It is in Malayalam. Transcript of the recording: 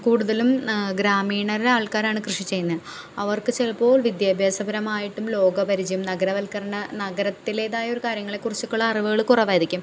കൂടുതലും ഗ്രാമീണരായ ആൾക്കാരാണ് കൃഷി ചെയ്യുന്നത് അവർക്ക് ചിലപ്പോൾ വിദ്യാഭ്യാസപരമായിട്ടും ലോകപരിചയം നഗരവത്കരണം നഗരത്തിലേതായ ഒരു കാര്യങ്ങളെ കുറിച്ചൊക്കെ ഉള്ള അറിവുകൾ കുറവായിരിക്കും